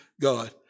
God